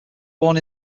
born